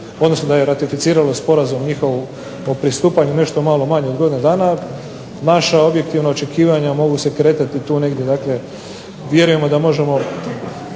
odnosno da je ratificiralo sporazum njihov o pristupanju nešto malo manje od godinu dana naša objektivna očekivanja mogu se kretati tu negdje. Dakle, vjerujemo da možemo